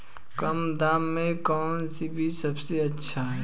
कम दाम में कौन सा बीज सबसे अच्छा है?